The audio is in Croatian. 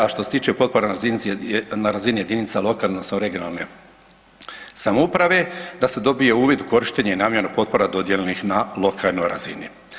A što se tiče potpora na razini jedinica lokalne, odnosno regionalne samouprave da se dobije uvid u korištenje i namjenu potpora dodijeljenih na lokalnoj razini.